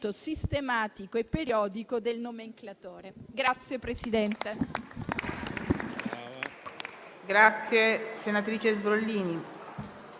sistematico e periodico del nomenclatore.